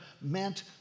meant